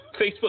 Facebook